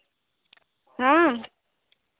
ᱦᱮᱸ